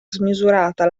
smisurata